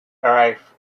arrive